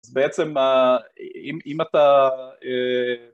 בעצם אם אתה